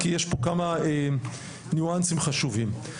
כי יש פה כמה ניואנסים חשובים.